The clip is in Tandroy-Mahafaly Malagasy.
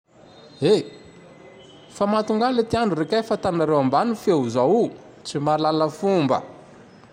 E! Fa matognaly ty andro rikahe fa atanareo ambany feo zao o, tsy malala fomba!